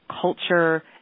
culture